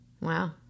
Wow